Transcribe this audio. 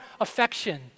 affection